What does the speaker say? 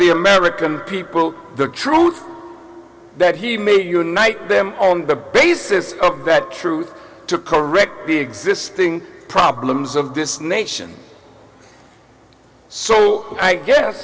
the american people the truth that he may unite them on the basis of that truth to correct the existing problems of this nation so i guess